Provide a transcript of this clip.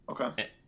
Okay